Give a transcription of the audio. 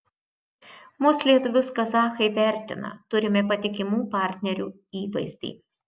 mus lietuvius kazachai vertina turime patikimų partnerių įvaizdį